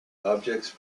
objects